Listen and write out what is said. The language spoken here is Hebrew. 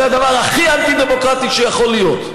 הלוא זה הדבר הכי אנטי-דמוקרטי שיכול להיות.